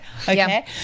Okay